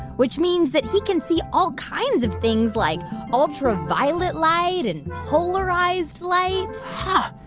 which means that he can see all kinds of things, like ultraviolet light and polarized light huh.